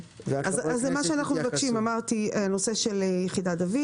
מה שאנחנו מבקשים דיברתי על יחידת דוד,